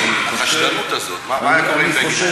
החשדנות הזאת, מה היה קורה אתה?